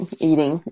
eating